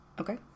Okay